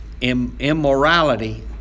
immorality